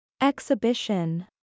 Exhibition